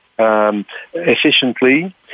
Efficiently